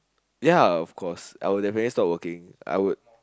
ya of course I would definitely stop working I would